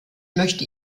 möchte